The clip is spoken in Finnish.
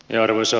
earlissa